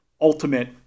ultimate